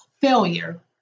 failure